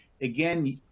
again